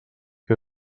que